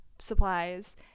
supplies